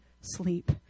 sleep